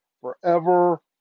forever